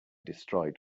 destroyed